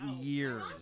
years